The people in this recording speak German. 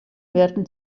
werden